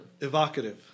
evocative